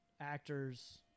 actors